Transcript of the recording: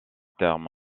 terme